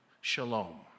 shalom